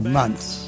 months